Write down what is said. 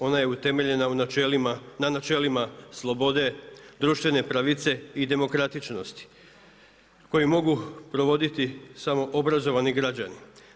Ona je utemeljena na načelima slobode, društvene pravice i demokratičnosti koji mogu provoditi samo obrazovani građani.